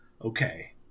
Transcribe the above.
okay